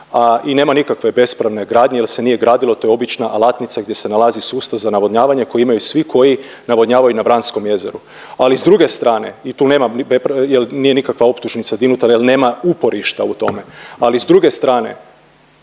i nema nikakve bespravne gradnje jer se nije gradilo. To je obična alatnica gdje se nalazi sustav za navodnjavanje koji imaju svi koji navodnjavaju na Vranskom jezeru. Ali s druge strane i tu nema, jer nije nikakva optužnica dignuta jer nema uporišta u tome. Ali s druge strane